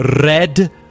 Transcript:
red